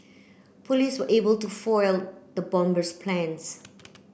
police were able to foil the bomber's plans